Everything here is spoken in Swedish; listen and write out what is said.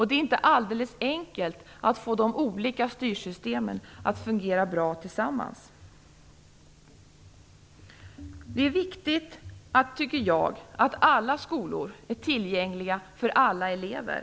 Det är inte alldeles enkelt att få de olika styrsystemen att fungera bra tillsammans. Jag tycker att det är viktigt att alla skolor är tillgängliga för alla elever.